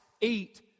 eat